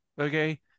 Okay